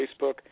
Facebook